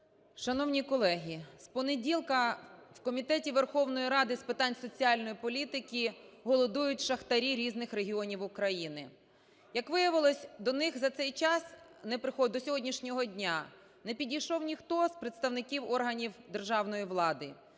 Шановні колеги, з понеділка в Комітеті Верховної Ради з питань соціальної політики голодують шахтарі різних регіонів України. Як виявилось, до них за цей час не… до сьогоднішнього дня не підійшов ніхто з представників органів державної влади: